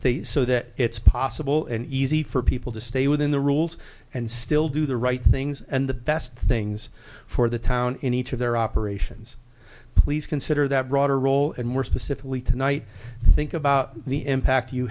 they so that it's possible and easy for people to stay within the rules and still do the right things and the best things for the town in each of their operations please consider that broader role and more specifically tonight think about the impact you